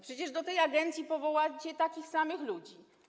Przecież do tej agencji powołacie takich samych ludzi.